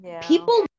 people